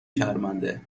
شرمنده